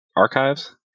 Archives